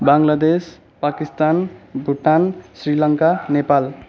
Bangladesh Pakistan Bhutan Sri Lanka Nepal